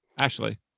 Ashley